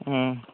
हूं